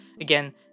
Again